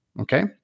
okay